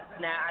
now